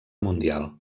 mundial